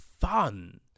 fun